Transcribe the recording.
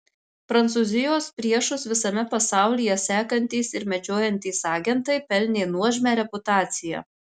prancūzijos priešus visame pasaulyje sekantys ir medžiojantys agentai pelnė nuožmią reputaciją